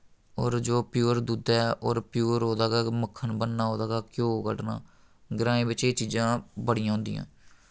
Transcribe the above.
और जो प्योर दुद्ध ऐ और प्योर ओह्दा गै मक्खन बनना ओह्दा गै घ्यो कड्ढना ग्राएं बिच्च एह् चीजां बड़ियां होंदियां